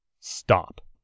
Stop